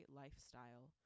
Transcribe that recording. lifestyle